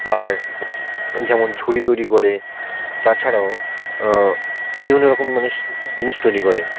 আর যেমন ঝুড়ি তৈরি করে তাছাড়াও বিভিন্ন রকম মানে জিনিস তৈরি করে